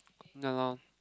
yeah lor